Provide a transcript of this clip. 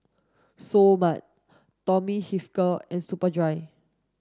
Seoul Mart Tommy Hilfiger and Superdry